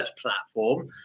platform